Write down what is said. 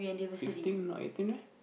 sixteen not eighteen meh